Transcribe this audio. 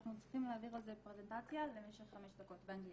שאנחנו צריכים להעביר על זה פרזנטציה למשך חמש דקות באנגלית.